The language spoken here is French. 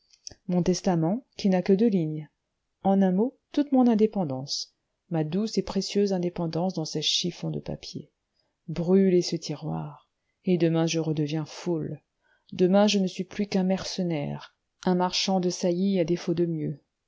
mon testament qui n'a que deux lignes en un mot toute mon indépendance ma douce et précieuse indépendance dans ces chiffons de papier brûlez ce tiroir et demain je redeviens foule demain je ne suis plus qu'un mercenaire un marchand de saillies à défaut de mieux